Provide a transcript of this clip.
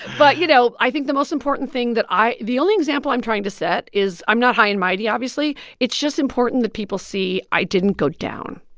but, you know, i think the most important thing that i the only example i'm trying to set is i'm not high and mighty, obviously it's just important that people see i didn't go down.